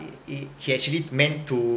he he he actually meant to